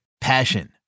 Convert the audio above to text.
Passion